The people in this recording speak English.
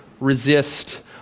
resist